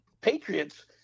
patriots